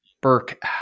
Burke